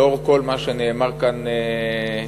לאור כל מה שנאמר כאן היום,